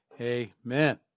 Amen